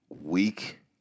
week